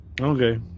Okay